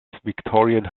victorian